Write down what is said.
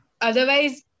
Otherwise